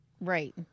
Right